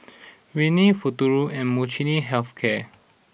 Rene Futuro and Molnylcke Health Care